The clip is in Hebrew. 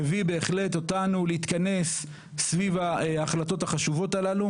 מביא אותנו להתכנס סביב ההחלטות החשובות הללו